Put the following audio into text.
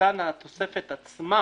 שמתן התוספת עצמה